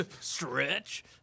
stretch